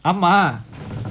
a mah